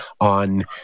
on